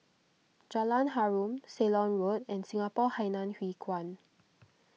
Jalan Harum Ceylon Road and Singapore Hainan Hwee Kuan